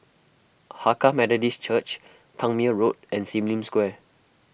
Hakka Methodist Church Tangmere Road and Sim Lim Square